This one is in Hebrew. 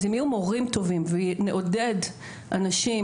אז אם יהיו מורים טובים ונעודד אנשים